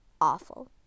awful